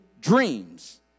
dreams